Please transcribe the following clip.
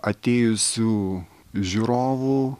atėjusių žiūrovų